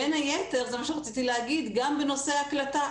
בין היתר, זה מה שרציתי להגיד, גם בנושא הקלטה.